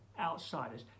outsiders